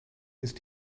ist